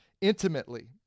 intimately